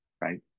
right